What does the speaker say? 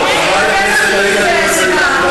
לא, טוב, חברת הכנסת עאידה תומא סלימאן, תודה רבה.